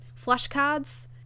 flashcards